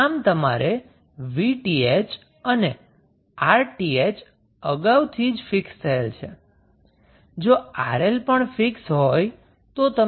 આમ તમારા 𝑉𝑇ℎ અને 𝑅𝑇ℎ અગાઉથી જ ફિક્સ થયેલ છે જો 𝑅𝐿 પણ ફિક્સ હોય તો